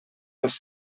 els